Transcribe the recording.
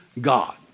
God